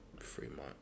Fremont